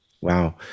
Wow